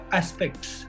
aspects